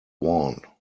worn